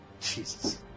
Jesus